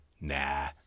nah